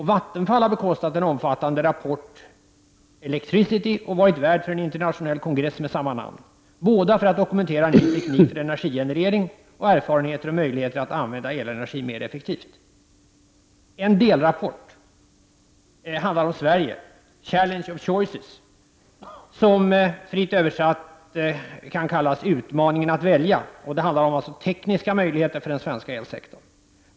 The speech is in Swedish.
Vattenfall har bekostat en omfattande rapport, Electricity, och varit värd för en internationell kongress med samma namn, båda avsedda att dokumentera ny teknik för energigenerering samt erfarenheter och möjligheter att använda elenergi mer effektivt. En delrapport handlar om Sverige: Challenge of choices, som fritt översatt kan kallas Utmaningen att välja. Den handlar om tekniska möjligheter för den svenska elsektorn.